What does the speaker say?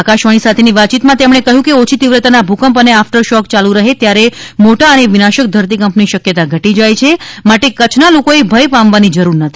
આકાશવાણી સાથેની વાતચીતમાં તેમણે કહ્યું છે કે ઓછી તીવ્રતાના ભૂકંપ અને આફ્ટરશૉક ચાલુ રહે ત્યારે મોટા અને વિનાશક ધરતીકંપની શક્યતા ઘટી જાય છે માટે કચ્છના લોકોએ ભય પામવાની જરૂર નથી